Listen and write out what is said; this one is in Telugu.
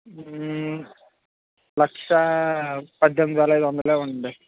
లక్ష పజ్జెనిమిది వేల ఐదు వందలు ఇవ్వండి